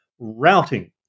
routing